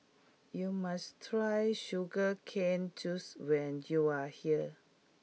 you must try Sugar Cane Juice when you are here